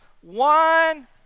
One